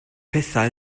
pethau